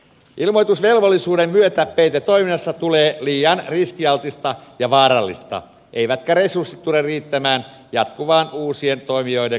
ilmoitusvelvollisuuden myötä peitetoiminnasta tulee liian riskialtista ja vaarallista eivätkä resurssit tule riittämään jatkuvaan uusien toimijoiden kouluttamiseen